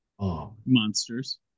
Monsters